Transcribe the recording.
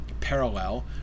parallel